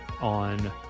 on